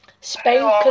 Spain